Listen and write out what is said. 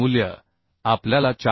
मूल्य आपल्याला 410